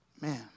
Man